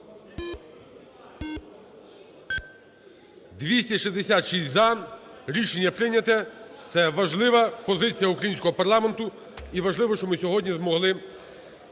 За-266 Рішення прийнято. Це важлива позиція українського парламенту і важливо, що ми сьогодні змогли